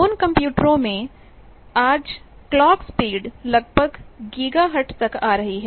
उन कंप्यूटरों में भी आज क्लॉक स्पीड लगभग गिगाहर्ट्ज़ तक आ रही है